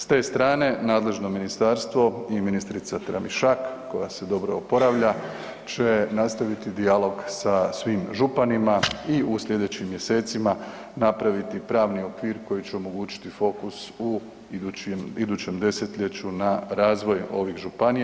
S te strane nadležno ministarstvo i ministrica Tramišak, koja se dobro oporavlja, će nastaviti dijalog sa svim županima i u slijedećim mjesecima napraviti pravni okvir koji će omogućiti fokus u idućem desetljeću na razvoj ovih županija.